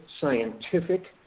scientific